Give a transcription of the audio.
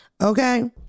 Okay